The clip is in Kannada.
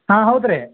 ಹಾಂ ಹೌದ್ರಿ